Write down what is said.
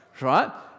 right